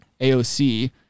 AOC